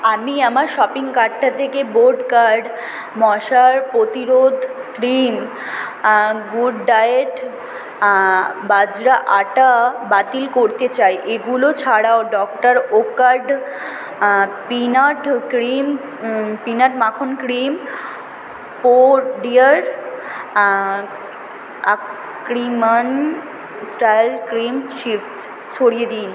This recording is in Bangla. আমি আমার শপিং কার্টটা থেকে বোট কাড মশার প্রতিরোধক ক্রিম গুড ডায়েট বাজরা আটা বাতিল করতে চাই এগুলো ছাড়াও doctor Oetker peanut cream peanut মাখন ক্রিম ক্রিম চিপস সরিয়ে দিন